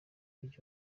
mujyi